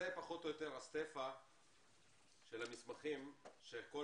זה פחות או יותר הכמות של המסמכים שכל